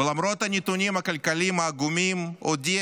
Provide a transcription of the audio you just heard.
ולמרות הנתונים הכלכליים העגומים הודיע